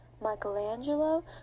Michelangelo